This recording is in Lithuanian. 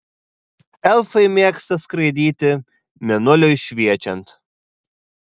elfai mėgsta skraidyti mėnuliui šviečiant